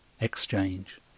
Exchange